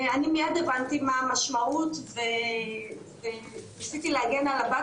אני מיד הבנתי מה המשמעות וניסיתי להגן על הבת